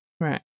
Right